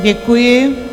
Děkuji.